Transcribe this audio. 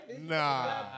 nah